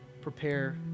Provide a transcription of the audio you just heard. Prepare